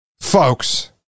Folks